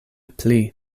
pli